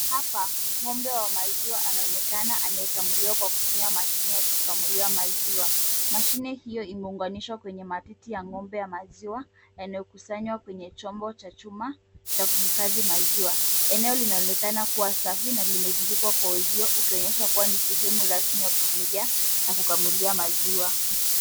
Hapa ng'ombe wa maziwa anaonekana anayekamuliwa kwa kutumia mashine ya kukamulia maziwa, mashine hiyo imeunganishwa kwenye matiti ya ng'ombe ya maziwa, yanayokusanywa kwenye chombo cha chuma cha kuhifadhi maziwa. Eneo linaonekana kuwa safi na limezungukwa kwa uzio ukionyesha kuwa ni sehemu rasmi ya kufungia na kukamulia maziwa.